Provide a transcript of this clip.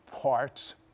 Parts